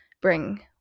bring